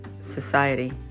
society